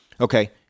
Okay